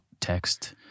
text